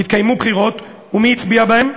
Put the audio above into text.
התקיימו בחירות, ומי הצביע בהן?